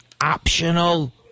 optional